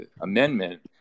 amendment